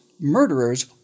murderers